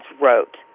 wrote